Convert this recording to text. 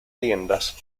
riendas